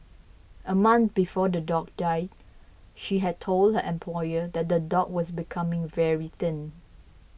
a month before the dog died she had told her employer that the dog was becoming very thin